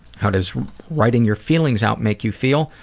how does writing your feelings out make you feel?